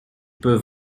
peut